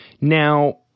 Now